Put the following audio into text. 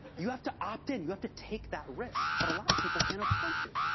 you have to opt-in, you have to take that risk, but a lot of people can't afford to.